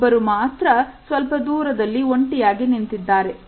ಒಬ್ಬರು ಮಾತ್ರ ಸ್ವಲ್ಪ ದೂರದಲ್ಲಿ ಒಂಟಿಯಾಗಿ ನಿಂತಿದ್ದಾರೆ